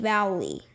Valley